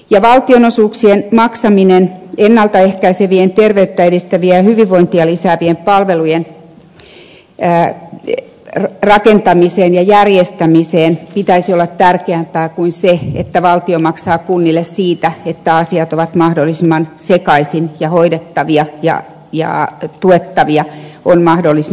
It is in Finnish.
valtionosuuksien maksaminen ennalta ehkäisevien terveyttä edistävien ja hyvinvointia lisäävien palvelujen rakentamiseen ja järjestämiseen pitäisi olla tärkeämpää kuin se että valtio maksaa kunnille siitä että asiat ovat mahdollisimman sekaisin ja hoidettavia ja tuettavia on mahdollisimman paljon